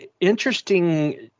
interesting